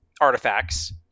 artifacts